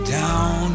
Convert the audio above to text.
down